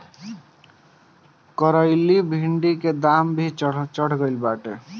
करइली भिन्डी के दाम भी चढ़ गईल बाटे